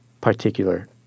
particular